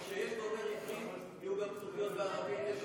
כשיש דובר בעברית, יהיו גם כתוביות בערבית.